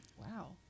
Wow